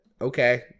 Okay